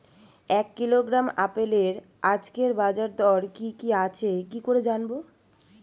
এক কিলোগ্রাম আপেলের আজকের বাজার দর কি কি আছে কি করে জানবো?